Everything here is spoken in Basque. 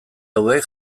hauek